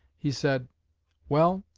he said well,